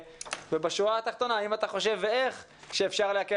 ובשורה התחתונה האם אתה חושב ואיך אפשר להקל